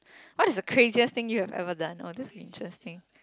what is the craziest thing you have ever done oh this will be interesting